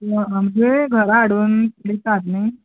ना म्हणजे घरा हाडून दितात न्हय